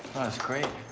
it's great.